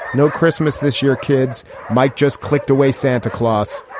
no christmas this year, kids. mike just clicked away. santa claus.